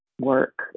work